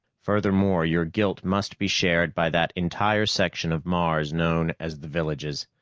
furthermore, your guilt must be shared by that entire section of mars known as the villages.